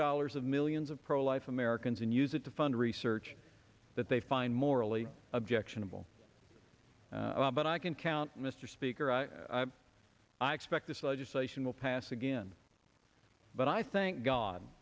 dollars of millions of pro life americans and use it to fund research that they find morally objectionable but i can count mr speaker i expect this legislation will pass again but i think god